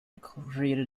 created